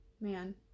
Man